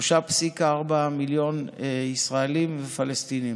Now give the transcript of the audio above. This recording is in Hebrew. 3.4 מיליון ישראלים ופלסטינים.